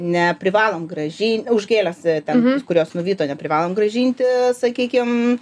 neprivalom grąžin už gėles ten tos kurios nuvyto neprivalom grąžinti sakykim